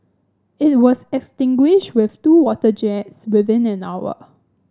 it was extinguished with two water jets within an hour